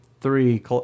three